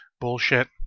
bullshit